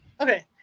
Okay